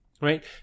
right